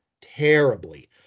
terribly